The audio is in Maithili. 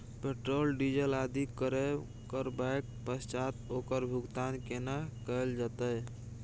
पेट्रोल, डीजल आदि क्रय करबैक पश्चात ओकर भुगतान केना कैल जेतै?